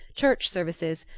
church services,